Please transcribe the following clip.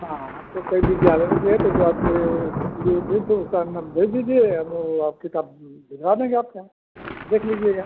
हाँ तो कई विद्यालयों की है तो जो आपके जो उपयुक्त हो उसका अपना भेज दीजिए हम वो किताब भिजवा देंगे आपके यहाँ देख लीजिएगा